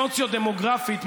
סוציו-דמוגרפית,